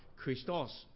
Christos